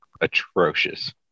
atrocious